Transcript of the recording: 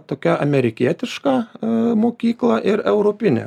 tokia amerikietiška mokykla ir europinė